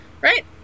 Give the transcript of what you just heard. right